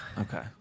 Okay